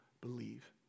believe